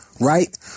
right